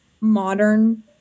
modern